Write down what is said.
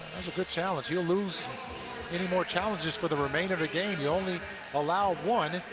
was a good challenge. he'll lose any more challenges for the remainder of the game. you're only allowed one,